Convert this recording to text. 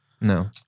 No